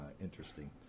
interesting